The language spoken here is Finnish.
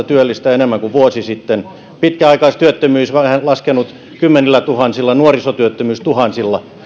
työllistä enemmän kuin vuosi sitten pitkäaikaistyöttömyys on laskenut kymmenillätuhansilla nuorisotyöttömyys tuhansilla